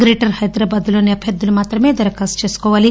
greater Hyderabad లోని అభ్యర్థులు మాత్రమే దరఖాస్తు చేసుకోవాలీ